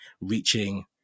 reaching